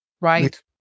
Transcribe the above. Right